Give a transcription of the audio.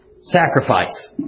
Sacrifice